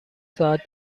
ساعت